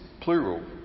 plural